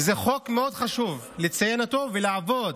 זה חוק שמאוד חשוב לציין אותו ולעבוד